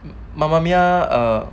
mamma mia or